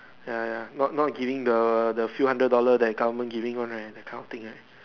ya ya not not giving the the few hundred dollar that government giving one right that kind of thing right